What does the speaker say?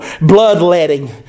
bloodletting